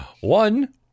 One